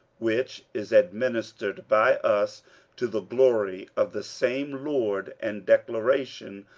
which is administered by us to the glory of the same lord, and declaration